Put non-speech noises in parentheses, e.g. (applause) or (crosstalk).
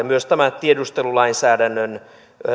(unintelligible) myös tämä tiedustelulainsäädännön